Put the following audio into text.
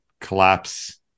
collapse